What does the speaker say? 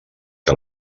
que